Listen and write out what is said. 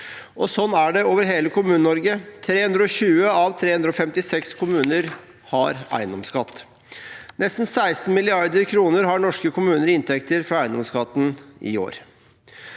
Sånn er det over hele Kommune-Norge. 320 av 356 kommuner har eiendomsskatt. Nesten 16 mrd. kr har norske kommuner i inntekter fra eiendomsskatten i år.